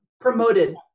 promoted